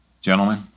gentlemen